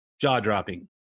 jaw-dropping